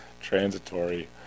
Transitory